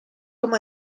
como